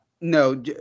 no